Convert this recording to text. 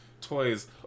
toys